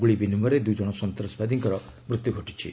ଗୁଳି ବିନିମୟରେ ଦୁଇ ଜଣ ସନ୍ତାସବାଦୀଙ୍କର ମୃତ୍ୟୁ ଘଟିଛି